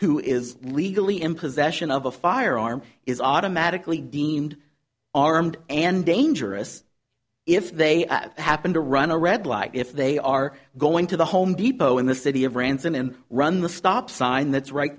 who is legally in possession of a firearm is automatically deemed armed and dangerous if they happen to run a red light if they are going to the home depot in the city of branson and run the stop sign that's right